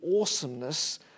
awesomeness